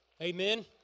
Amen